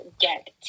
get